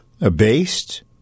abased